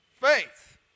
faith